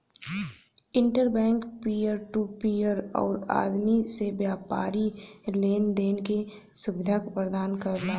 inter bank peer to peer आउर आदमी से व्यापारी लेन देन क सुविधा प्रदान करला